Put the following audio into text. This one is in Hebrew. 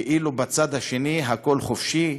ואילו בצד השני הכול חופשי,